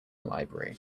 library